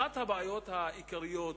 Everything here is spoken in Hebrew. אחת הבעיות העיקריות